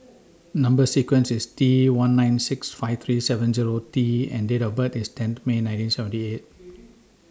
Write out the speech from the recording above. Number sequence IS T one nine six five three seven Zero T and Date of birth IS ten May nineteen seventy eight